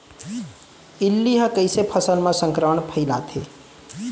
इल्ली ह कइसे फसल म संक्रमण फइलाथे?